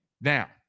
Now